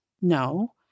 No